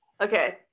Okay